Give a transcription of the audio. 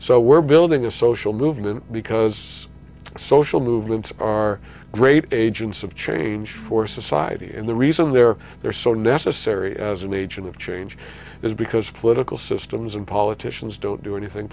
so we're building a social movement because social movements are great agents of change for society and the reason they're there so necessary as an agent of change is because political systems and politicians don't do anything